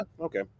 okay